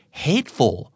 hateful